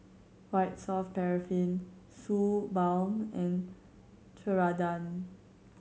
White Soft Paraffin Suu Balm and Ceradan